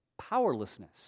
powerlessness